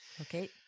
okay